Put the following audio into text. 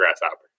grasshopper